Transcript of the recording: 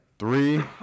Three